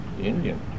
Indian